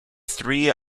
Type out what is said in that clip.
three